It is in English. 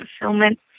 fulfillment